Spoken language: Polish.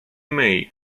myj